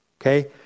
Okay